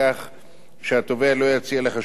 שהתובע לא יציע לחשוד הסדר בעבירות